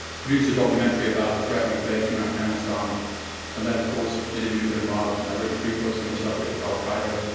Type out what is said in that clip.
produced a documentary about the threat we face from afghanistan and then, of course, interviewed bin laden. i've written three books on the subject of al-qaeda.